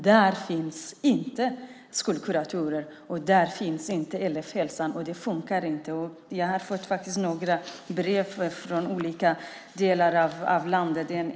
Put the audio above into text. Där finns inte skolkuratorer och där finns inte elevhälsa. Det funkar inte. Jag har faktiskt fått några brev från olika delar av landet.